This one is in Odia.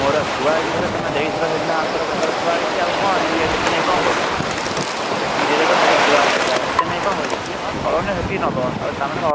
ମୋର ଥୁଆ ହେଇଛି ଘରେ ତୁମେ ଦେଇଥିଲ ସେଦିନ ଆର ଥରକ ଘରେ ଥୁଆ ହେଇଛି ଆଉ କ'ଣ ନେଇକି ଆଉ କେତେ କ'ଣ କରିବି ଯେତିକି ଦେଇଥିଲ ତ ସବୁ ଥୁଆ ହେଇଛି ପ୍ରାଏ ଏତେ ନେଇକି କ' କରିବି ଯେତିକି ହଁ ଚଳନୀୟ ସେତିକି ନେବ ଆଉ ତା'ମାନେ କ'ଣ